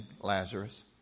Lazarus